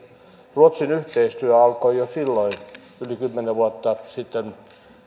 ruotsin yhteistyö alkoi jo silloin yli kymmenen vuotta sitten